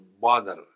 bother